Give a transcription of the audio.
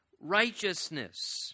righteousness